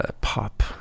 pop